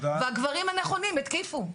והגברים הנכונים התקיפו.